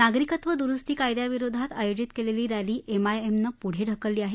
नागरिकत्व द्रुस्ती कायद्याविरोधात आयोजित केलेली रॅली एमआयएमने पुढे ढकलली आहे